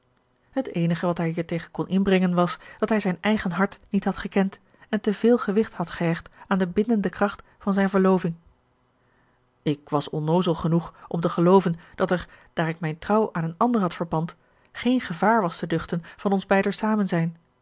het eenige wat hij hiertegen kon inbrengen was dat hij zijn eigen hart niet had gekend en te veel gewicht had gehecht aan de bindende kracht van zijne verloving ik was onnoozel genoeg om te gelooven dat er daar ik mijne trouw aan eene andere had verpand geen gevaar was te duchten van ons beider samenzijn